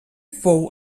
fou